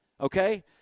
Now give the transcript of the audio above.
okay